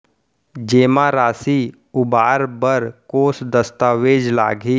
जेमा राशि उबार बर कोस दस्तावेज़ लागही?